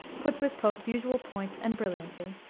put with pope's usual point and brilliancy.